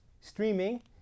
streaming